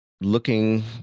looking